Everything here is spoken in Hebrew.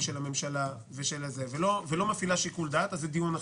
של הממשלה ולא תפעיל שיקול דעת אז זה דיון אחר.